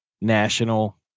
National